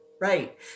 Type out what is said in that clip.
Right